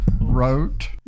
wrote